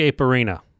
Arena